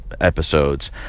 episodes